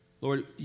Lord